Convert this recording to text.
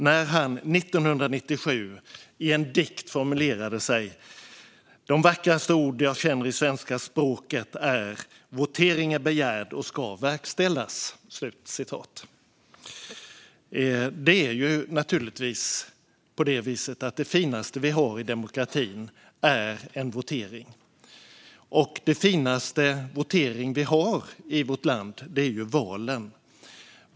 År 1997 använde han en formulering ur en dikt och sa att de vackraste ord han känner i svenska språket är "Votering är begärd och skall verkställas." Det finaste vi har i demokratin är naturligtvis en votering. Och de finaste voteringarna vi har i vårt land är valen.